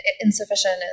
insufficient